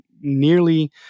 nearly